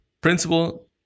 principle